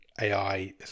AI